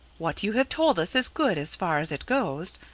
what you have told us is good as far as it goes,